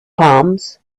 palms